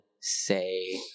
say